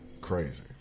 crazy